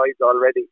already